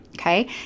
Okay